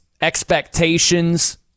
expectations